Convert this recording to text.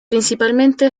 principalmente